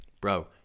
bro